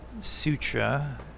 Sutra